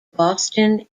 boston